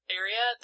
area